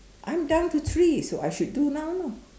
I'm down to three so I should do now you know